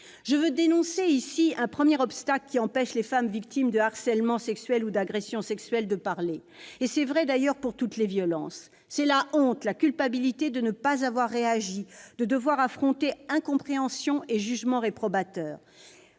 Je tiens à dénoncer un premier obstacle qui empêche les femmes victimes de harcèlement sexuel ou d'agression sexuelle de parler, ou d'ailleurs de toute forme de violence : la honte, la culpabilité de ne pas avoir réagi et de devoir affronter incompréhension et jugement réprobateur.